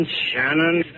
Shannon